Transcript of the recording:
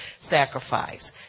sacrifice